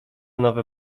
nowe